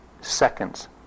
seconds